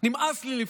נמאס לי,